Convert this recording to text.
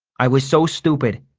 i was so stupid.